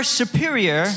superior